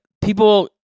people